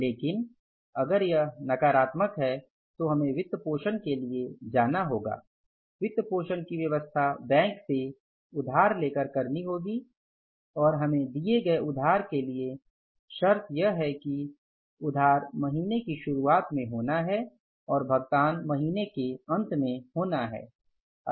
लेकिन अगर यह नकारात्मक है तो हमें वित्तपोषण के लिए जाना होग वित्तपोषण की व्यवस्था बैंक से उधार लेकर करनी होगी और हमें दिए गए उधार के लिए शर्त यह है कि उधार महीने की शुरुआत में होना है और भुगतान महीने के अंत में होना चाहिए